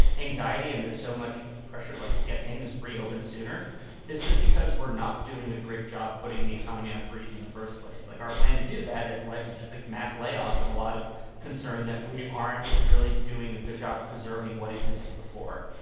anxiety and there's so much pressure to like get things reopened sooner is just because we're not doing a great job putting the economy on freeze in the first place. like our plan to do that has led to just like mass layoffs of a lot of concern that we aren't really doing a good job preserving what existed before.